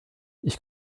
ich